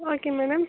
okay madam